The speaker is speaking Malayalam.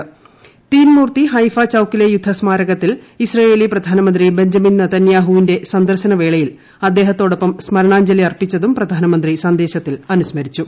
സേവനങ്ങളെ തീൻമൂർത്തി ഹൈഫ ചൌക്കിലെ യുദ്ധ സ്മാരകത്തിൽ ഇസ്രേയേലി പ്രധാനമന്ത്രി ബഞ്ചമിൻ നെതന്യാഹൂമിന്റെ സന്ദർശന വേളയിൽ അദ്ദേഹത്തോടൊപ്പം സ്മരണാഞ്ജലി അർപ്പിച്ചതും പ്രധാനമന്ത്രി സന്ദേശത്തിൽ അനുസ്മരിച്ചു